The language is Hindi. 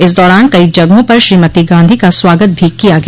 इस दौरान कई जगहों पर श्रीमती गांधी का स्वागत भी किया गया